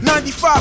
95